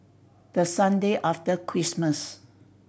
the Sunday after Christmas